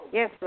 Yes